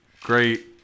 great